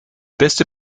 beste